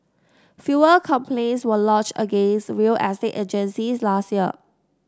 fewer complaints were lodged against real estate agencies last year